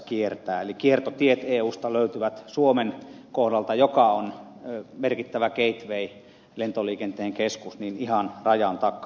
eli kiertotiet eusta löytyvät suomen kohdalta joka on merkittävä gateway lentoliikenteen keskus ihan rajan takaa